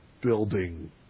building